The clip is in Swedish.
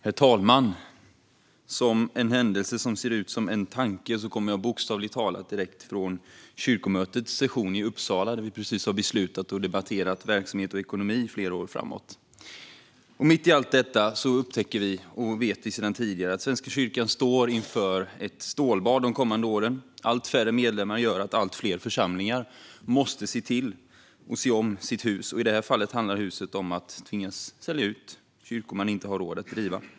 Herr talman! Det är en händelse som ser ut som en tanke att jag bokstavligt talat kommer direkt från kyrkomötets session i Uppsala, där vi precis har debatterat och fattat beslut om verksamhet och ekonomi under flera år framåt. Mitt i allt detta upptäcker vi, och vet sedan tidigare, att Svenska kyrkan står inför ett stålbad de kommande åren. Att medlemmarna blir allt färre gör att allt fler församlingar måste se om sitt hus, och i detta fall handlar det om att tvingas sälja ut kyrkor man inte har råd att driva.